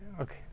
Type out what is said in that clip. okay